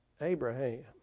Abraham